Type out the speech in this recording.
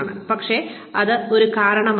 പക്ഷേ അത് ഒരു കാരണമാണ്